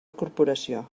corporació